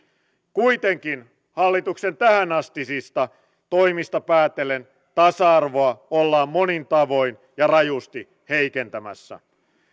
kuitenkin hallituksen tähänastisista toimista päätellen tasa arvoa ollaan monin tavoin ja rajusti heikentämässä